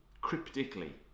cryptically